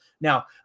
Now